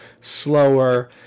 slower